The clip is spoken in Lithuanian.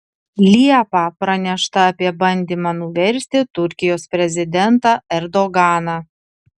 liepą pranešta apie bandymą nuversti turkijos prezidentą erdoganą